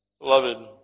Beloved